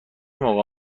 موقع